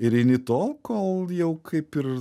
ir eini tol kol jau kaip ir